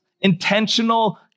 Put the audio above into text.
Intentional